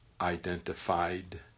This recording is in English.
identified